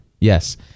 Yes